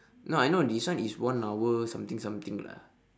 no I know this one is one hour something something lah